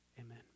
Amen